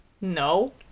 No